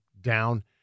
down